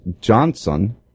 Johnson